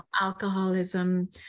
alcoholism